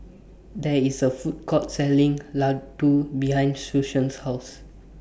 There IS A Food Court Selling Ladoo behind Susan's House